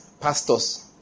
pastors